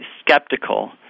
skeptical